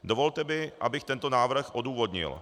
Dovolte mi, abych tento návrh odůvodnil.